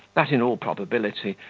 that in all probability,